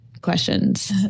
questions